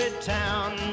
town